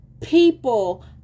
people